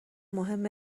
مهم